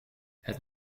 het